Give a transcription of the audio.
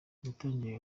yatangiye